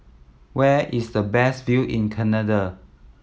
where is the best view in Canada